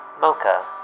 Mocha